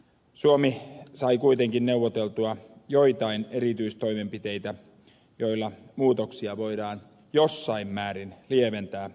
suomi sai kuitenkin neuvoteltua joitain erityistoimenpiteitä joilla muutoksia voidaan jossain määrin lieventää lähivuosina